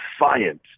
defiant